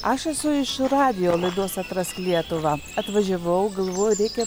aš esu iš radijo laidos atrask lietuvą atvažiavau galvoju reikia